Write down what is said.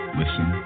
listen